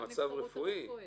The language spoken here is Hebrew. --- מצב רפואי?